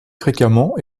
fréquemment